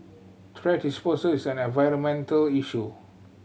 thrash disposal is an environmental issue